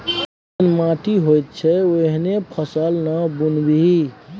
जेहन माटि होइत छै ओहने फसल ना बुनबिही